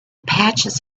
patches